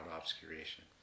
obscuration